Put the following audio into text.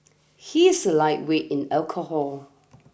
he is a lightweight in alcohol